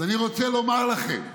אז אני רוצה לומר לכם,